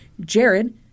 jared